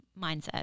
mindset